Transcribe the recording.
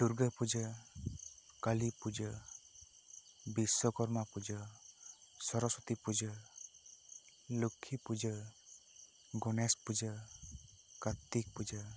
Durga puja Kali puja Vishwakarma puja Saraswati puja Lakhi puja Ganesh puja Kartik ᱯᱩᱡᱟᱹ